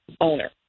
owner